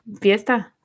fiesta